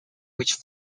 which